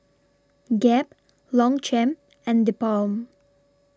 Gap Longchamp and TheBalm